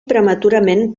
prematurament